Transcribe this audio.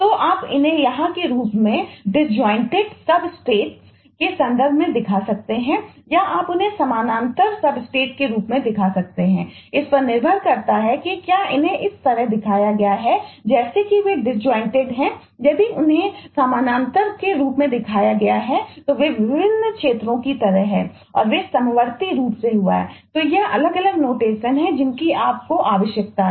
तो आप इन्हें यहाँ के रूप में डिसजॉइंटेड हैं जिनकी आपको आवश्यकता है